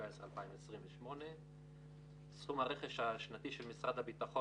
2019-2028; סכום הרכש השנתי של משרד הביטחון